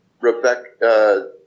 Rebecca